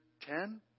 ten